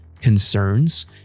concerns